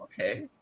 okay